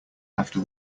after